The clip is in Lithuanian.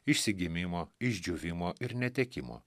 išsigimimo išdžiūvimo ir netekimo